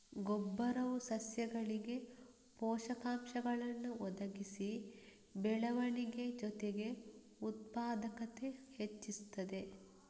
ಗೊಬ್ಬರವು ಸಸ್ಯಗಳಿಗೆ ಪೋಷಕಾಂಶಗಳನ್ನ ಒದಗಿಸಿ ಬೆಳವಣಿಗೆ ಜೊತೆಗೆ ಉತ್ಪಾದಕತೆ ಹೆಚ್ಚಿಸ್ತದೆ